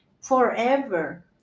forever